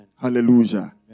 Hallelujah